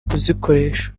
kuzikoresha